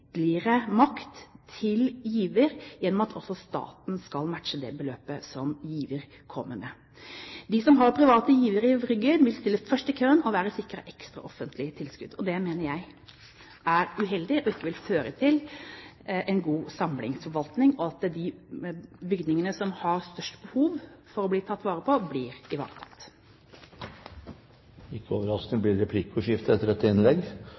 makt til giver gjennom at også staten skal matche det beløpet som giver kommer med. De som har private givere i ryggen, vil stille først i køen og være sikret ekstra offentlige tilskudd. Det mener jeg er uheldig. Det vil ikke føre til en god samlingsforvaltning, og at de bygningene som har størst behov for å bli tatt vare på, blir det. Ikke overraskende blir det replikkordskifte etter